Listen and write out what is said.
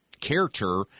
character